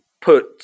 put